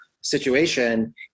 situation